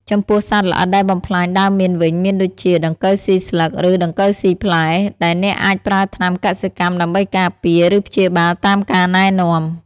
ចំពោះសត្វល្អិតដែលបំផ្លាញដើមមៀនវិញមានដូចជា ដង្កូវស៊ីស្លឹក ឬ ដង្កូវស៊ីផ្លែ ដែលអ្នកអាចប្រើថ្នាំកសិកម្មដើម្បីការពារ ឬព្យាបាលតាមការណែនាំ។